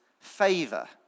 favor